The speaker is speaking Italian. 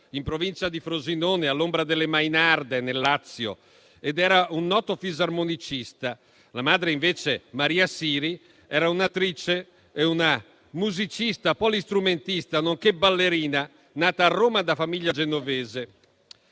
in provincia di Frosinone, all'ombra delle Mainarde nel Lazio, ed era un noto fisarmonicista. La madre, invece, Maria Siri, era un'attrice e una musicista polistrumentista, nonché ballerina, nata a Roma da famiglia genovese.